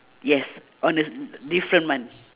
yes on the d~ different month